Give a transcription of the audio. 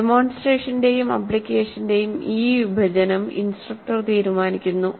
ഡെമോൺസ്ട്രേഷന്റെയും ആപ്ലിക്കേഷന്റെയും ഈ വിഭജനം ഇൻസ്ട്രക്ടർ തീരുമാനിക്കുന്നു